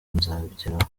nzabigeraho